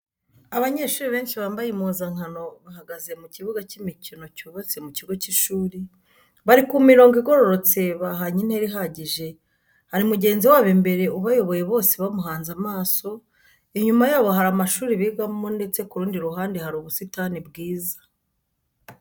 Abanyeshuri benshi bambaye impuzankano bahagaze mu kibuga cy'imikino cyubatse mu kigo cy'ishuri, bari ku mirongo igororotse bahanye intera ihagije, hari mugenzi wabo imbere ubayoboye bose bamuhanze amaso, inyuma yabo hari amashuri bigamo ndetse ku rundi ruhande hari ubusitani bwiza.